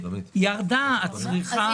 שאלנו אז והם לא הצליחו לדבר.